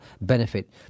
benefit